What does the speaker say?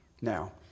Now